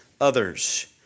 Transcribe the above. others